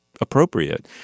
appropriate